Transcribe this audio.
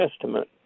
Testament